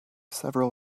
several